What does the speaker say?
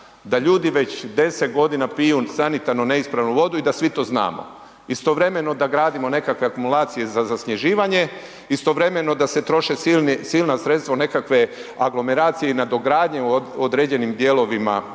da ljudi već 10 godina piju sanitarno neispravnu vodu i da svi to znamo. Istovremeno da gradimo nekakve akumulacije za zasnježivanje, istovremeno da se troše silna sredstva u nekakve aglomeracije i nadogradnje u određenim dijelovima